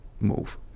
move